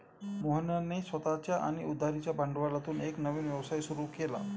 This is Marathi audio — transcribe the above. मोहनने स्वतःच्या आणि उधारीच्या भांडवलातून एक नवीन व्यवसाय सुरू केला